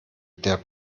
der